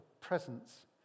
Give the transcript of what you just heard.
presence